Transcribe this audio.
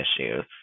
issues